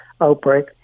outbreak